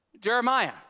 Jeremiah